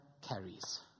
carries